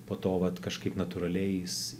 po to vat kažkaip natūraliais